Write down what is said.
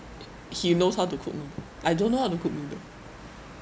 he knows how to cook you know I don't know how to cook noodle